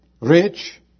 rich